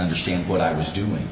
understand what i was doing